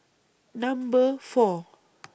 Number four